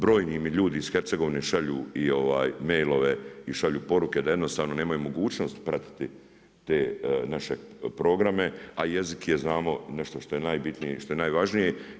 Brojni mi ljudi iz Hercegovine šalju mailove i šalju poruke da jednostavno nemaju mogućnost pratiti te naše programe a jezik je znamo nešto što je najbitnije i šta je najvažnije.